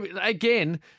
again